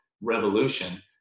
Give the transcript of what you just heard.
revolution